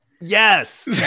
yes